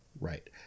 Right